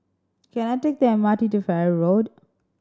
can I take the M R T to Farrer Road